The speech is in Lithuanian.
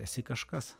esi kažkas